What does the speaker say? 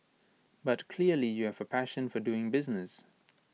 but clearly you have A passion for doing business